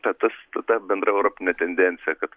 ta tas ta ta bendra europinė tendencija kad